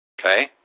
Okay